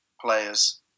players